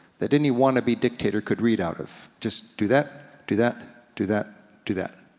that any wanna-be dictator could read out of, just do that, do that, do that, do that.